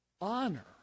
honor